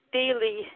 daily